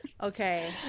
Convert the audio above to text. Okay